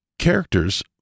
Characters